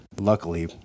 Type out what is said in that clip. luckily